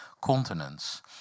continents